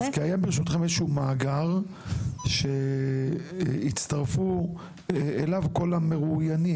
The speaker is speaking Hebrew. אז קיים ברשותכם איזה שהוא מאגר שאליו יצטרפו כל המרואיינים,